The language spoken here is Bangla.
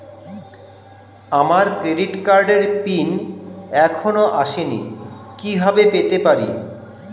আমার ক্রেডিট কার্ডের পিন এখনো আসেনি কিভাবে পেতে পারি?